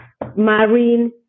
marine